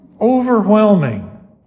overwhelming